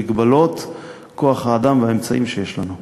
במגבלות כוח-האדם והאמצעים שיש לנו.